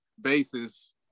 basis